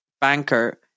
banker